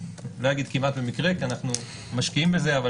לא אגיד כמעט במקרה כי אנחנו משקיעים בזה אבל